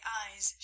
eyes